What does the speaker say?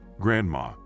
Grandma